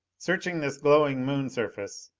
searching this glowing moon surface,